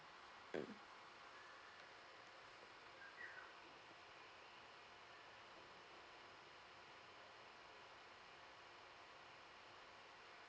mm